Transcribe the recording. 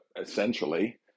essentially